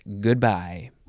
Goodbye